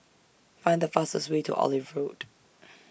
Find The fastest Way to Olive Road